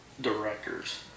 directors